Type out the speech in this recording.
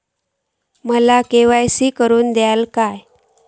माका के.वाय.सी करून दिश्यात काय?